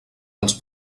dels